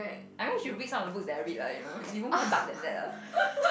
I mean you should read some of the books I read lah you know even more dark than that ah